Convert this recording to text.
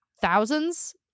thousands